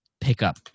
pickup